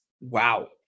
wow